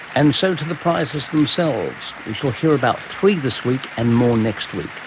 and so to the prizes themselves. we shall hear about three this week and more next week.